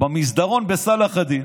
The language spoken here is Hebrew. אני רואה את גנץ במסדרון בצלאח הדין.